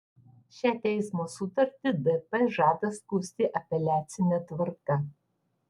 šią teismo nutartį dp žada skųsti apeliacine tvarka